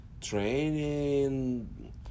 training